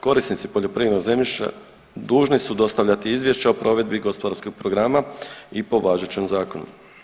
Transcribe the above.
Korisnici poljoprivrednog zemljišta dužni su dostavljati izvješća o provedbi gospodarskog programa i po važećem zakonu.